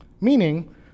Meaning